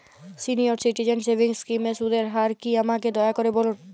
senior citizen savings স্কিমের সুদের হার কী আমাকে দয়া করে বলুন